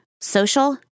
social